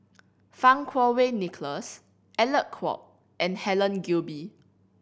Fang Kuo Wei Nicholas Alec Kuok and Helen Gilbey